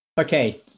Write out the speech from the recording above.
Okay